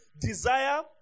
desire